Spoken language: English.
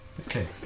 Okay